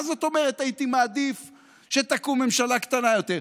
מה זאת אומרת הייתי מעדיף שתקום ממשלה קטנה יותר?